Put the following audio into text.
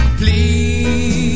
please